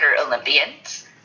Olympians